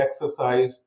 exercise